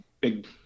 big